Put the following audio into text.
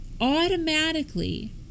automatically